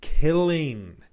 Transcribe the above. killing